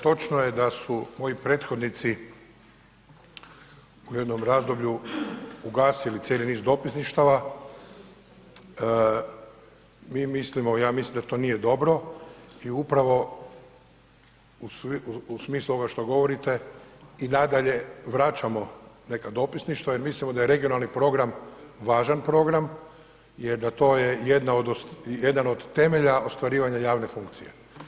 Točno je da su moji prethodnici u jednom razdoblju ugasili cijeli iz dopisništava, mi mislimo, ja mislim da to nije dobro i upravo u smislu ovoga šta govorite i nadalje vraćamo neka dopisništva jer mislimo da je regionalni program važan program jer da to je jedna od, jedan od temelja ostvarivanja javne funkcije.